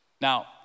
Now